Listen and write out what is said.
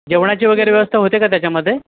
जेवणाची वगैरे व्यवस्था होते का त्याच्यामध्ये